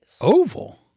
Oval